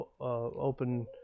open